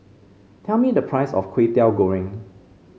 tell me the price of Kway Teow Goreng